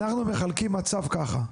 אז תקשיב, אנחנו מחלקים מצב ככה.